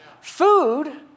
Food